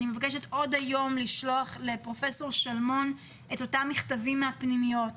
עוד היום לשלוח את אותם מכתבים מהפנימיות לפרופ' שלמון.